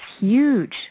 huge